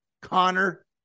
Connor